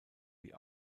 die